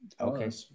Okay